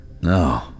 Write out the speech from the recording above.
No